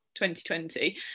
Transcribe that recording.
2020